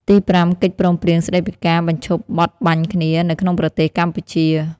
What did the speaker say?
ទីប្រាំ កិច្ចព្រមព្រៀង ស្តីពីការបញ្ឈប់បទបាញ់គ្នា នៅក្នុងប្រទេសកម្ពុជា។